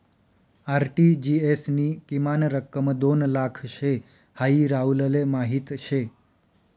RTGS नी किमान रक्कम दोन लाख शे हाई राहुलले माहीत शे